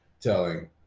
telling